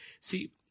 see